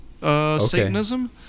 Satanism